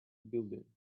building